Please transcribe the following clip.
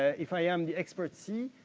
ah if i am the expert c,